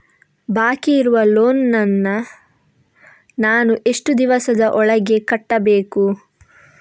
ಬಾಕಿ ಇರುವ ಲೋನ್ ನನ್ನ ನಾನು ಎಷ್ಟು ದಿವಸದ ಒಳಗೆ ಕಟ್ಟಬೇಕು?